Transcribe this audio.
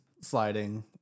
sliding